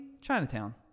Chinatown